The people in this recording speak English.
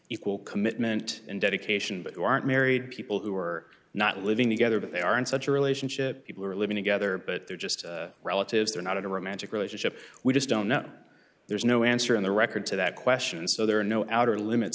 equal commitment and dedication but who aren't married people who are not living together but they are in such a relationship people are living together but they're just relatives they're not in a romantic relationship we just don't know there's no answer in the record to that question and so there are no outer limits